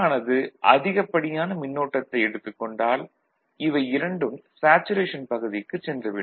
55 V ஒரு வேளை சுமையானது அதிகப்படியான மின்னோட்டத்தை எடுத்துக் கொண்டால் இவை இரண்டும் சேச்சுரேஷன் பகுதிக்குச் சென்று விடும்